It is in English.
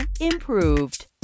improved